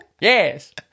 yes